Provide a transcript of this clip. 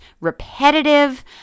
repetitive